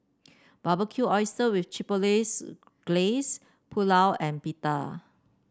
Barbecued Oyster with Chipotle laze Glaze Pulao and Pita